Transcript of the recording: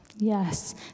Yes